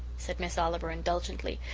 said miss oliver indulgently,